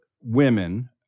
women